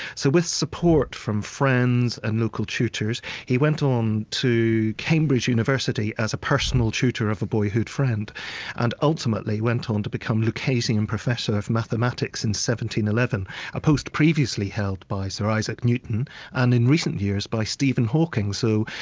so, with support from friends and local tutors he went on to cambridge university as a personal tutor of a boyhood friend and ultimately went on to become lucasian and professor of mathematics in one thousand and seven ah post previously held by sir isaac newton and in recent years by stephen hawking. so,